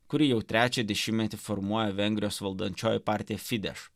kurį jau trečią dešimmetį formuoja vengrijos valdančioji partija fideš